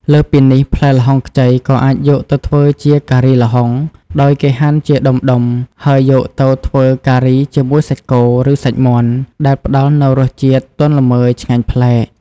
លើសពីនេះ ផ្លែល្ហុងខ្ចីក៏អាចយកទៅធ្វើជា ការីល្ហុង ដោយគេហាន់ជាដុំៗ ហើយយកទៅធ្វើការីជាមួយសាច់គោ ឬសាច់មាន់ ដែលផ្តល់នូវរសជាតិទន់ល្មើយឆ្ងាញ់ប្លែក។